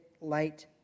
light